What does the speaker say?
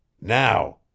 Now